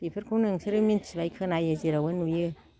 बिफोरखौ नोंसोरो मिथिबाय खोनायो जेरावबो नुयो